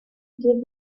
give